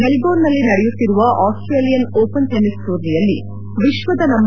Melbourne ನಲ್ಲಿ ನಡೆಯುತ್ತಿರುವ Australian Open tennis ಟೂರ್ನಿಯಲ್ಲಿ ವಿಶ್ವದ ನಂ